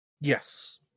Yes